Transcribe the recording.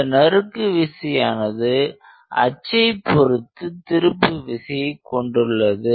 இந்த நறுக்கு விசையானது அச்சை பொருத்து திருப்பு விசையை கொண்டுள்ளது